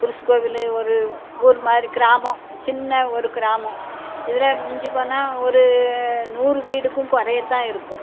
குர்ஸு கோயிலு ஒரு ஒரு மாதிரி கிராமம் சின்ன ஒரு கிராமம் இதில் மிஞ்சிப் போனால் ஒரு நூறு வீடுக்கும் குறையத்தான் இருக்கும்